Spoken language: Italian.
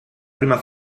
prima